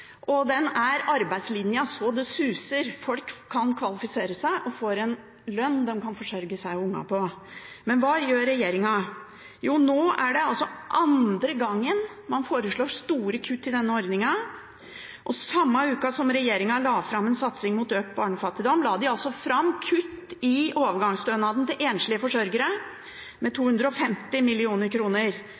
og den er arbeidslinja så det suser – folk kan kvalifisere seg og får en lønn de kan forsørge seg og ungene på. Men hva gjør regjeringen? Jo, nå er det altså andre gang man foreslår store kutt i denne ordningen, og samme uke som regjeringen la fram en satsing mot økt barnefattigdom, la de altså fram kutt i overgangsstønaden til enslige forsørgere på 250